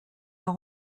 leur